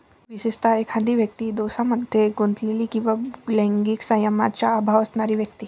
विशेषतः, एखादी व्यक्ती दोषांमध्ये गुंतलेली किंवा लैंगिक संयमाचा अभाव असणारी व्यक्ती